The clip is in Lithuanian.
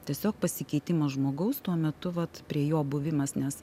tiesiog pasikeitimas žmogaus tuo metu vat prie jo buvimas nes